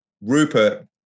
Rupert